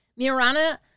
Mirana